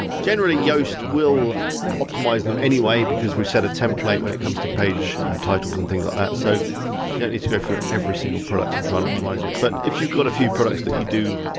generally yoast will optimise them anyway, because we set a template when it comes to page titles and things like that, so you don't need to go through every single product and try and optimise it. but if you've got a few products that you do